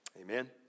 Amen